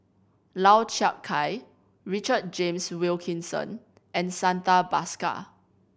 Lau Chiap Khai Richard James Wilkinson and Santha Bhaskar